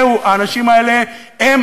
האנשים האלה הם